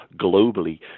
globally